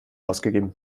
ausgegeben